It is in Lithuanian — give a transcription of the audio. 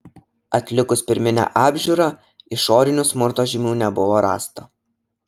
atlikus pirminę apžiūrą išorinių smurto žymių nebuvo rasta